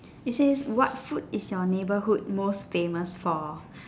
it says what food is your neighbourhood most famous for